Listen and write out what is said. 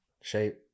shape